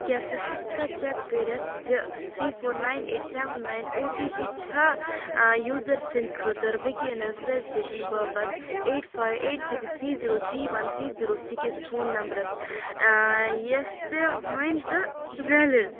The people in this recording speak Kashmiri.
کیٛاہ ژٕ ہیٚککھا چیٚک کٔرِتھ زِ three four nine eight seven nine O T P چھا یوزر سٕنٛدۍ خٲطرٕ ویکینٕز رجسٹریشن باپتھ eight five eight six three zero three one three zero six phone نمبرَس یۄس تہِ وۄنۍ تہٕ ویلِڑ ؟